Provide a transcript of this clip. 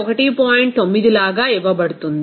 9 లాగా ఇవ్వబడుతుంది